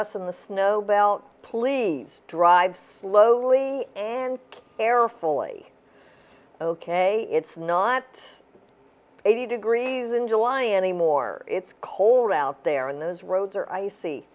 us in the snowbelt please drive slowly and carefully ok it's not eighty degrees in july anymore it's cold out there and those roads are icy